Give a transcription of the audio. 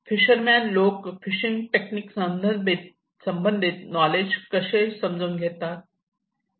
fissure man लोक fishing technique संबंधित knowledge कसे समजून घेतात